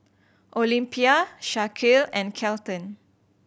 Olympia Shaquille and Kelton